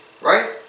Right